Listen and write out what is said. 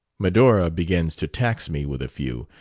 medora begins to tax me with a few.